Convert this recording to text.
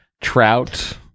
Trout